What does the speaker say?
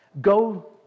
go